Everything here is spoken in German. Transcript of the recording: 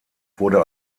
wurde